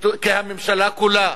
כאל הממשלה כולה,